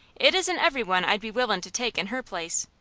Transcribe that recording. it isn't every one i'd be willin' to take in her place,